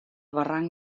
barranc